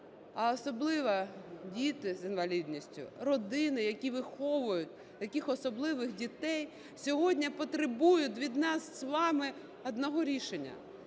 а особливо діти з інвалідністю, родини, які виховують таких особливих дітей, сьогодні потребують від нас з вами одного рішення